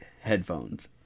headphones